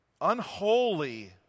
unholy